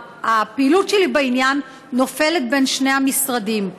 הפעילות שלי בעניין נופלת בין שני המשרדים.